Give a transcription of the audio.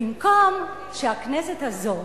במקום שהכנסת הזו